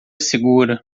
segura